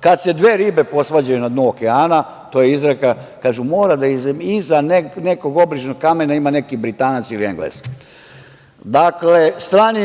Kad se dve ribe posvađaju na dnu okeana, to je izreka, kažu, mora da iza nekog obližnjeg kamena ima neki Britanac ili Englez. Dakle, strani